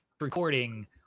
recording